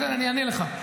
אני אענה לך.